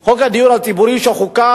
על חוק הדיור הציבורי שחוקק,